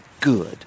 good